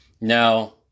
Now